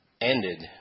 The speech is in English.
ended